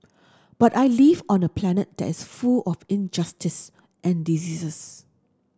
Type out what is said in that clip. but I live on a planet that's full of injustice and diseases